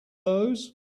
those